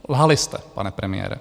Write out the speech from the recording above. Lhali jste, pane premiére.